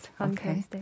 Okay